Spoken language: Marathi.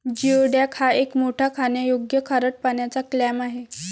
जिओडॅक हा एक मोठा खाण्यायोग्य खारट पाण्याचा क्लॅम आहे